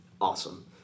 awesome